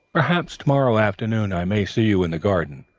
perhaps to-morrow afternoon i may see you in the garden,